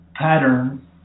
pattern